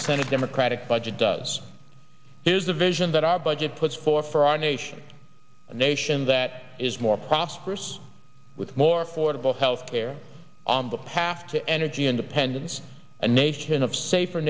the senate democratic budget does is a vision that our budget puts forth for our nation a nation that is more prosperous with more affordable health care on the path to energy independence a nation of safer